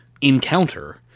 encounter